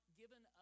given